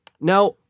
Now